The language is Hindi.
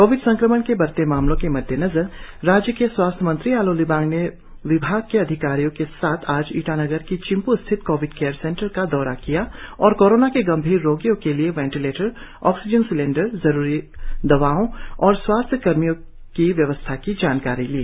कोविड संक्रमण के बढ़ते मामलों के मद्देनजर राज्य के स्वास्थ्य मंत्री आलो लिबांग ने विभाग के आलाधिकारियों के साथ आज ईटानगर की चिंपू स्थित कोविड केयर सेंटर का दौरा किया और कोरोना के गंभीर रोगियों के लिए वेंटीलेटर ऑक्सीजन सिलिंडर जरुरी दवारों और स्वास्थ्य कर्मियों की व्यवस्था की जानकारी दी